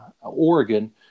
oregon